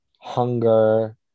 hunger